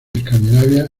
escandinavia